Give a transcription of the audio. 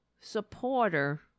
supporter